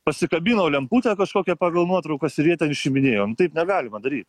pasikabino lemputę kažkokią pagal nuotraukas ir jie ten išiminėjo nu taip negalima daryt